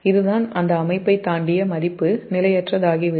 இதுதான் அந்த அமைப்பைத் தாண்டி மதிப்பு நிலையற்றதாகிவிடும்